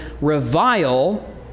revile